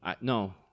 No